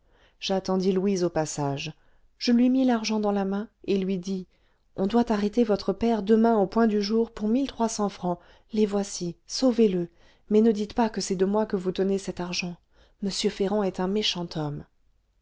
j'attendis louise au passage je lui mis l'argent dans la main et lui dis on doit arrêter votre père demain au point du jour pour mille trois cents francs les voici sauvez le mais dites pas que c'est de moi que vous tenez cet argent m ferrand est un méchant homme